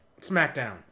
SmackDown